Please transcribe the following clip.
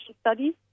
studies